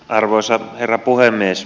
arvoisa herra puhemies